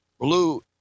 blue